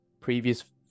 previous